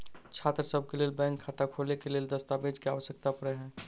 छात्रसभ केँ लेल बैंक खाता खोले केँ लेल केँ दस्तावेज केँ आवश्यकता पड़े हय?